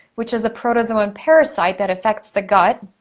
which is a protozoan parasite that infects the gut.